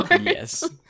Yes